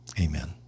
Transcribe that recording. amen